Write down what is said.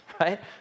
right